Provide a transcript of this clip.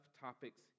topics